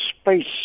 space